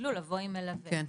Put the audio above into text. שישתדלו לבוא עם מלווה.